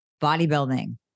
bodybuilding